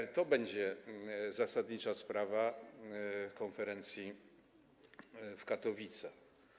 I to będzie zasadnicza sprawa konferencji w Katowicach.